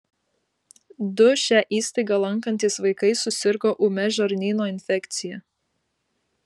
du šią įstaigą lankantys vaikai susirgo ūmia žarnyno infekcija